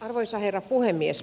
arvoisa herra puhemies